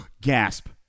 gasp